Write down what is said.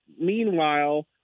meanwhile